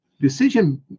Decision